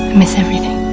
miss everything